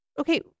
okay